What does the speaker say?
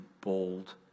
bold